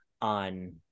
on